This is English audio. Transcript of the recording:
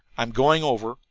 i'm going over,